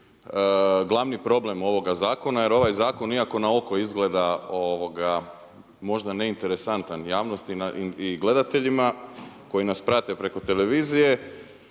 glavni problem ovoga zakona jer ovaj zakon iako na oko izgleda možda neinteresantan javnosti i gledateljima koji nas prate preko televizije,